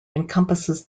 encompasses